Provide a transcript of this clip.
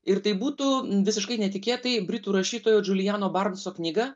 ir tai būtų visiškai netikėtai britų rašytojo džuliano bartso su knyga